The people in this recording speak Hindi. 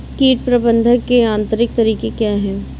कीट प्रबंधक के यांत्रिक तरीके क्या हैं?